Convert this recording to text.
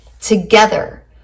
together